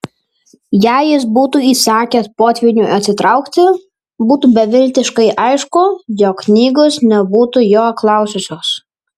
jei jis būtų įsakęs potvyniui atsitraukti būtų beviltiškai aišku jog knygos nebūtų jo klausiusios